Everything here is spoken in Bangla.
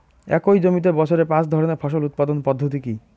একই জমিতে বছরে পাঁচ ধরনের ফসল উৎপাদন পদ্ধতি কী?